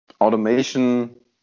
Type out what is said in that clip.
automation